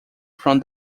from